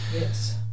Yes